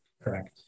Correct